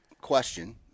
Question